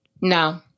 No